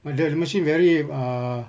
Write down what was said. ah the the machine very err